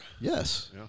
Yes